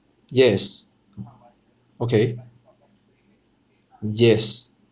yes okay yes